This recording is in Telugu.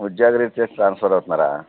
ఉద్యోగరీత్యా ట్రాన్సఫర్ అవుతున్నారా